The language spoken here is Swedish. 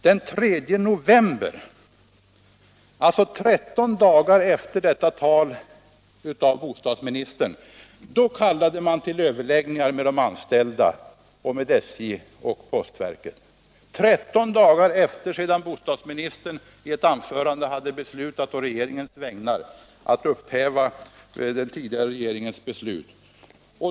Den 3 november kallade man till överläggningar med de anställda samt med SJ och postverket — elva dagar sedan bostadsministern i ett anförande hade beslutat på regeringens vägnar att upphäva den tidigare regeringens beslut.